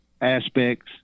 aspects